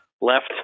left